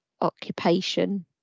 occupation